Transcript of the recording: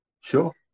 Sure